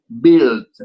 built